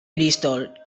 bristol